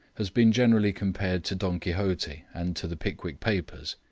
has been generally compared to don quixote and to the pickwick papers,